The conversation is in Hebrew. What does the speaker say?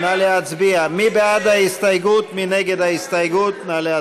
מנואל טרכטנברג,